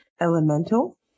elemental